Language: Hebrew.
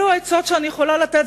אלה עצות שאני יכולה לתת,